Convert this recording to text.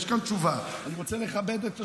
יש כאן תשובה, אני רוצה לכבד את השאלה.